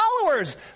followers